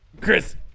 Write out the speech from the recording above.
Chris